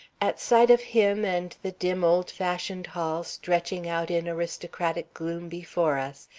at sight of him and the dim, old-fashioned hall stretching out in aristocratic gloom before us,